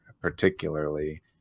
particularly